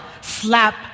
slap